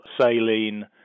saline